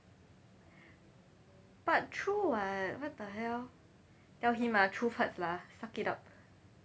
but true [what] what the hell tell him ah truth hurts lah suck it up